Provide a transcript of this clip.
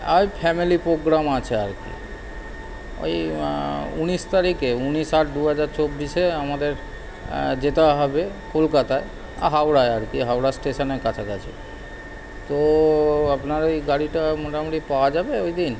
ওই family programme আছে আর কী ওই উনিশ তারিখে উনিশ আট দু হাজার চব্বিশে আমাদের যেতে হবে কলকাতায় হাওড়ায় আর কি হাওড়া স্টেশনের কাছাকাছি তো আপনারা ওই গাড়িটা মোটামুটি পাওয়া যাবে ওই দিন